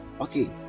okay